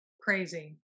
Crazy